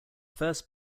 first